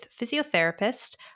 physiotherapist